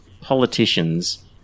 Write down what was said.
politicians